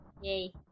Yay